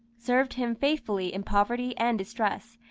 served him faithfully in poverty and distress,